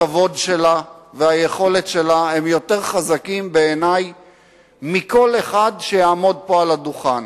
הכבוד שלה והיכולת שלה הם יותר חזקים בעיני מכל אחד שיעמוד פה על הדוכן.